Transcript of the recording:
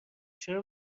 چرا